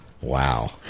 Wow